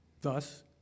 Thus